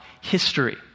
history